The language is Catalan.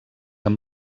amb